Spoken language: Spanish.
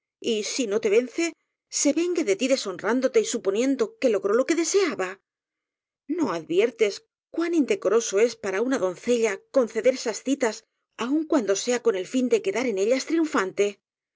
y si no te vence se vengue de tí deshon rándote y suponiendo que logró lo que deseaba no adviertes cuán indecoroso es para una donce lla conceder esas citas aun cuando sea con el fin de quedar en ellas triunfante